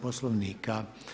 Poslovnika.